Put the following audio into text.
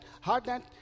hardened